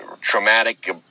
traumatic